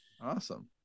Awesome